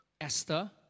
Esther